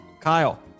Kyle